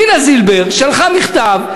דינה זילבר שלחה מכתב,